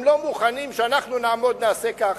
הם לא מוכנים שאנחנו נעמוד ונעשה ככה.